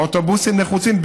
האוטובוסים נחוצים,